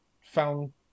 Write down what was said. found